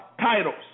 titles